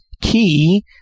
key